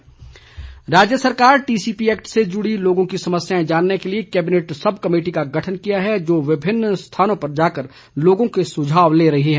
गोबिंद ठाकुर राज्य सरकार TCP act से जुड़ी लोगों की समस्याएं जानने के लिए कैबिनेट सब कमेटी का गठन किया है जो विभिन्न स्थानों पर जाकर लोगों के सुझाव ले रही है